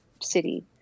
city